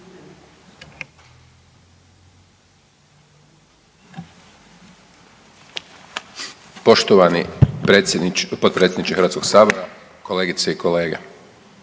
gospodine predsjedniče Hrvatskog sabora, kolegice i kolege.